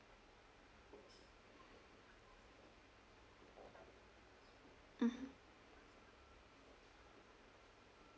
mmhmm